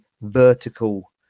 vertical